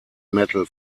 metal